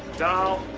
doll?